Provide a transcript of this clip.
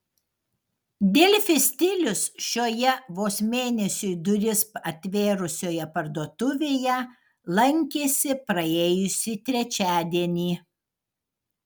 delfi stilius šioje vos mėnesiui duris atvėrusioje parduotuvėje lankėsi praėjusį trečiadienį